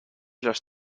los